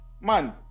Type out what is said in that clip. man